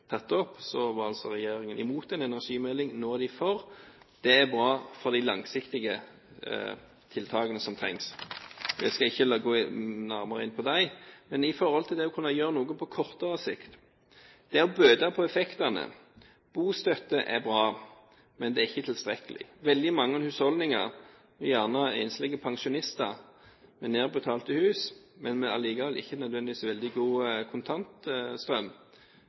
tatt opp, var regjeringen imot en energimelding. Nå er den for, og det er bra for de langsiktige tiltakene som trengs. Jeg skal ikke gå nærmere inn på dem, men på det å kunne gjøre noe på kortere sikt for å bøte på effektene. Bostøtte er bra, men det er ikke tilstrekkelig. Veldig mange husholdninger, gjerne enslige pensjonister med nedbetalte hus, men ikke nødvendigvis med veldig god kontantstrøm,